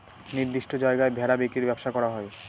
নির্দিষ্ট জায়গায় ভেড়া বিক্রির ব্যবসা করা হয়